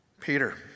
Peter